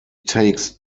takes